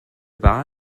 bar